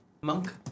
monk